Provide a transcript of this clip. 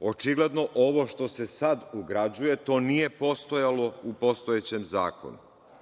očigledno ovo što se sad ugrađuje to nije postojalo u postojećem zakonu.